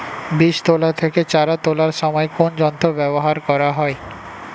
বীজ তোলা থেকে চারা তোলার সময় কোন যন্ত্র ব্যবহার করা হয়?